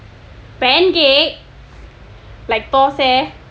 pancake like thosai